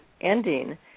ending